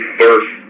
first